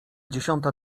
dziesiąta